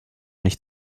nicht